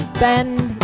bend